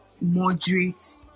moderate